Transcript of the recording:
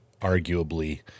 arguably